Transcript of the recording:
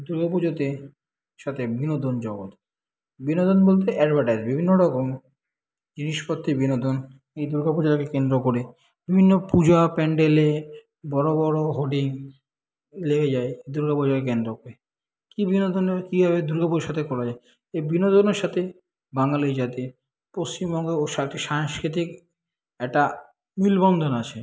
দুর্গা পুজোতে সাথে বিনোদন জগৎ বিনোদন বলতে অ্যাডভার্টাইজ বিভিন্ন রকম জিনিসপত্রে বিনোদন এই দুর্গা পূজাকে কেন্দ্র করে বিভিন্ন পূজা প্যাণ্ডেলে বড় বড় হোর্ডিং লেগে যায় দুর্গা পুজোকে কেন্দ্র করে কী বিনোদনের কীভাবে দুর্গা পুজোর সাথে করা যায় এই বিনোদনের সাথে বাঙালি জাতি পশ্চিমবঙ্গ ও সাথে সাংস্কৃতিক একটা মেলবন্ধন আছে